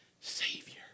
Savior